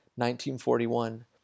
1941